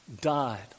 died